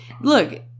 look